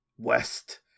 west